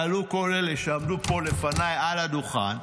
יעלו כל אלה שעמדו פה לפניי על הדוכן,